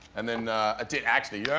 and then. i did actually yeah